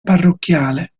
parrocchiale